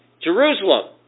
Jerusalem